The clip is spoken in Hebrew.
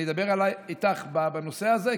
אני אדבר איתך בנושא הזה,